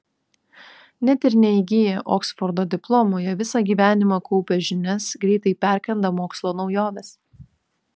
net ir neįgiję oksfordo diplomo jie visą gyvenimą kaupia žinias greitai perkanda mokslo naujoves